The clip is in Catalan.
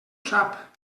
sap